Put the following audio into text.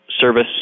service